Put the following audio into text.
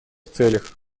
целях